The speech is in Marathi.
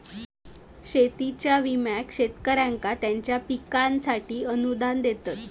शेतीच्या विम्याक शेतकऱ्यांका त्यांच्या पिकांसाठी अनुदान देतत